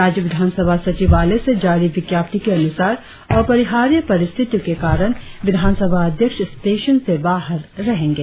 राज्य विधानसभा सचिवालय से जारी विज्ञप्ति के अनुसार अपरिहार्य परिस्थितियों के कारण विधानसभा अध्यक्ष स्टेशन से बाहर रहेंगे